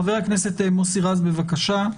חבר הכנסת מוסי רז, בבקשה.